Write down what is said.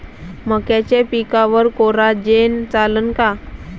मक्याच्या पिकावर कोराजेन चालन का?